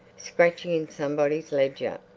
scratching in somebody's ledger!